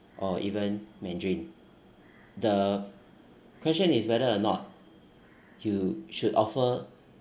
or even mandarin the question is whether or not you should offer